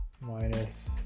minus